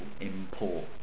import